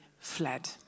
fled